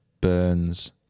Burns